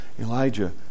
Elijah